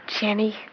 Jenny